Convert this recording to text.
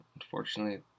unfortunately